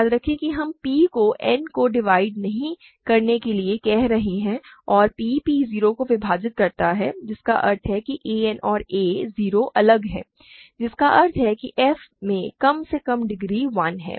याद रखें कि हम p को n को डिवाइड नहीं करने के लिए कह रहे हैं और p p 0 को विभाजित करता है जिसका अर्थ है a n और a 0 अलग हैं जिसका अर्थ है कि f में कम से कम डिग्री 1 है